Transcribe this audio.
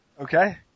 Okay